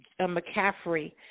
McCaffrey